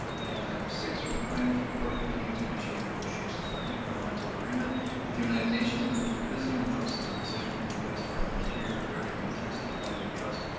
and item six from the finance report pertaining to initiating negotiations for intergovernmental agreement with the oneida nation including revisiting the notices of decision from the us department of interior regarding the intent to take land into trust,